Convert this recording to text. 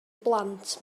blant